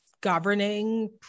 governing